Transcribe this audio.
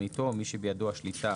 קברניטו או מי שבידו השליטה